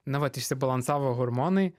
na vat išsibalansavo hormonai